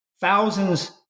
thousands